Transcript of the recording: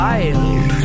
Wild